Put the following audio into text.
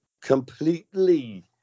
completely